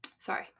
Sorry